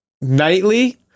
Nightly